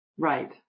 Right